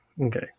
Okay